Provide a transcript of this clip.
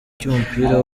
cy’umupira